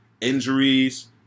injuries